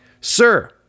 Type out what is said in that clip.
sir